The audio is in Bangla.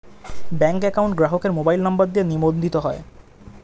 ব্যাঙ্ক অ্যাকাউন্ট গ্রাহকের মোবাইল নম্বর দিয়ে নিবন্ধিত হয়